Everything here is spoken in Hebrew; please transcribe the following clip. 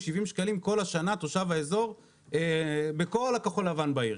70 שקלים כל השנה תושב האזור בכל הכחול לבן בעיר,